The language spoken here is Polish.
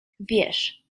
wiesz